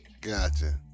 Gotcha